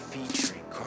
Featuring